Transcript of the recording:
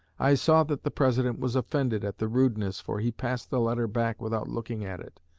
i saw that the president was offended at the rudeness, for he passed the letter back without looking at it,